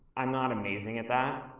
i'm not amazing at that,